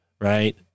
right